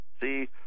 See